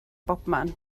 bobman